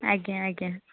ଆଜ୍ଞା ଆଜ୍ଞା